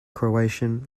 croatian